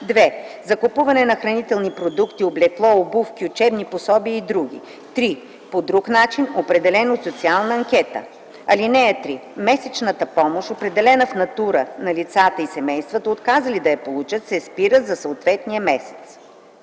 2. закупуване на хранителни продукти, облекло, обувки, учебни пособия и др.; 3. по друг начин, определен от социална анкета. (3) Месечната помощ, определена в натура, на лицата и семействата, отказали да я получат, се спира за съответния месец.”